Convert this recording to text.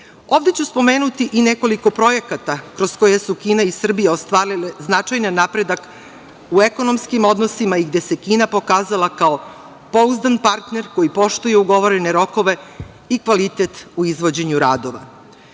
Ovde ću spomenuti i nekoliko projekata kroz koje su Kina i Srbija ostvarile značajan napredak u ekonomskim odnosima i gde se Kina pokazala kao pouzdan partner koji poštuje ugovorene rokove i kvalitet u izvođenju radova.